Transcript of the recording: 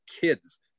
kids